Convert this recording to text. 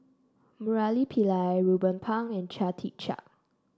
Murali Pillai Ruben Pang and Chia Tee Chiak